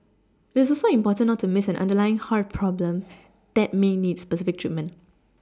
it is also important not to Miss an underlying heart problem that may need specific treatment